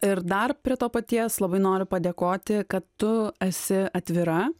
ir dar prie to paties labai noriu padėkoti kad tu esi atvira